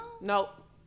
Nope